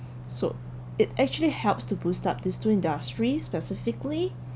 so it actually helps to boost up these two industries specifically